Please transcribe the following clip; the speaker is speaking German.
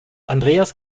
andreas